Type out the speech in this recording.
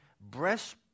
breast